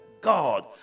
God